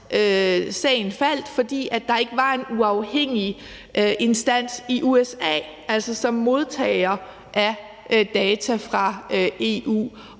sagen faldt, fordi der ikke var en uafhængig instans i USA som modtager af data fra EU.